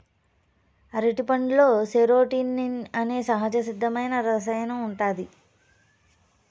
అరటిపండులో సెరోటోనిన్ అనే సహజసిద్ధమైన రసాయనం ఉంటాది